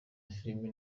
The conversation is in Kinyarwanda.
amafilime